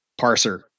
parser